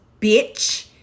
bitch